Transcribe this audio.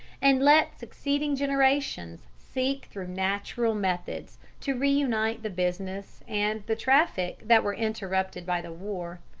and let succeeding generations seek through natural methods to reunite the business and the traffic that were interrupted by the war.